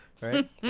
Right